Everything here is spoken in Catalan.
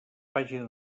pàgina